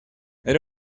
era